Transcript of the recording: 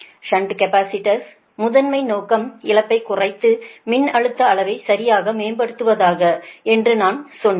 shunt கேபஸிடர்ஸின் முதன்மை நோக்கம் இழப்பைக் குறைத்து மின்னழுத்த அளவை சரியாக மேம்படுத்துவதாகும் என்று நான் சொன்னேன்